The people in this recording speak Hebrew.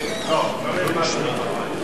לסדר-היום?